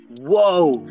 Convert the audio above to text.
Whoa